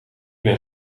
ben